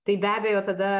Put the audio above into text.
tai be abejo tada